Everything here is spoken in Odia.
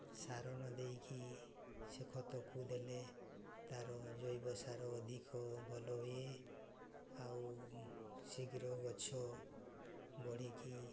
ସାର ନ ଦେଇକି ସେ ଖତକୁ ଦେଲେ ତା'ର ଜୈବସାର ଅଧିକ ଭଲ ହୁଏ ଆଉ ଶୀଘ୍ର ଗଛ ବଢ଼ିକି